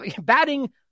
batting